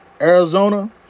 Arizona